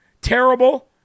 Terrible